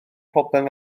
broblem